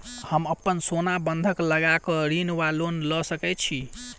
हम अप्पन सोना बंधक लगा कऽ ऋण वा लोन लऽ सकै छी?